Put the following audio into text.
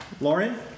Lauren